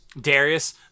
Darius